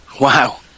Wow